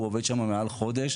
הוא עובד שם מעל חודש.